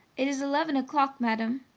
it is eleven o'clock, madam,